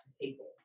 people